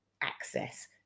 access